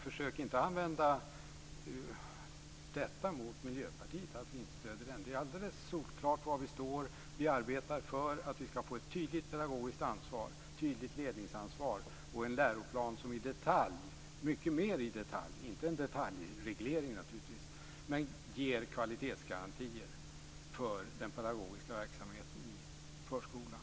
Försök inte använda det mot Miljöpartiet att vi inte stöder reservationen. Det är alldeles solklart var vi står. Vi arbetar för att vi skall få ett tydligt pedagogiskt ansvar, ett tydligt ledningsansvar och en läroplan som mycket mer i detalj - naturligtvis inte en detaljreglering - ger kvalitetsgarantier för den pedagogiska verksamheten i förskolan.